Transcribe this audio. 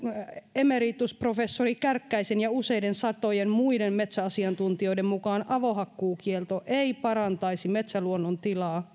emeritusprofessori kärkkäisen ja useiden satojen muiden metsäasiantuntijoiden mukaan avohakkuukielto ei parantaisi metsäluonnon tilaa